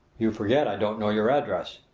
you forget i don't know your address.